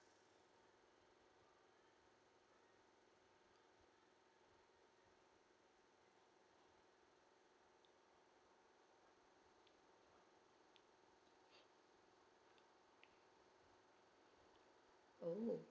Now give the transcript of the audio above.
oh